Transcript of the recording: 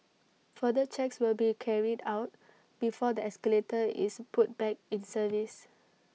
further checks will be carried out before the escalator is put back in service